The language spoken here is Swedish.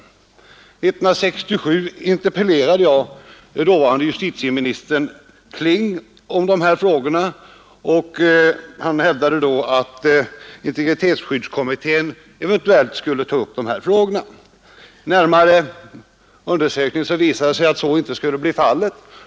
1967 interpellerade jag dåvarande justitieministern Kling om de här frågorna, och han hävdade då att integritetsskyddskommittén eventuellt skulle ta upp dem. Vid närmare undersökning visade det sig att så inte skulle bli fallet.